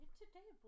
today